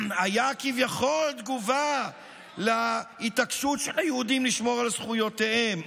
היה כביכול תגובה על ההתעקשות של היהודים לשמור על זכויותיהם.